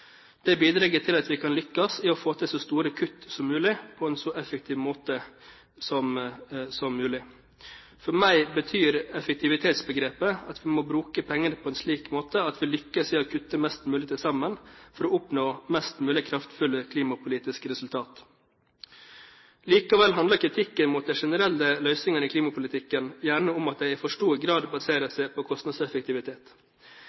Det bidrar til at vi kan lykkes i å få til så store kutt som mulig på en så effektiv måte som mulig. For meg betyr effektivitetsbegrepet at vi må bruke pengene på en slik måte at vi lykkes i å kutte mest mulig til sammen for å oppnå mest mulig kraftfulle klimapolitiske resultater. Likevel handler kritikken mot de generelle løsningene i klimapolitikken gjerne om at de i for stor grad baserer